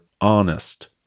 honest